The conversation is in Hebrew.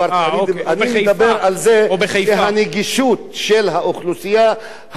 אני מדבר על זה שהנגישות של האוכלוסייה הערבית